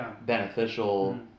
beneficial